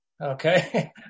okay